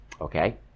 okay